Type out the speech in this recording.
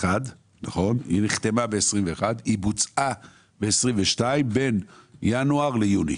ב-2021 ובוצעה ב-2022 בין ינואר ליוני.